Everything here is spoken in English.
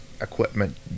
equipment